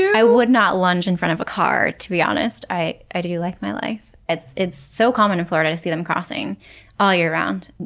i would not lunge in front of a car, to be honest. i i do like my life. it's it's so common in florida to see them crossing all year round.